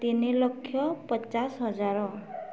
ତିନିଲକ୍ଷ ପଚାଶ ହଜାର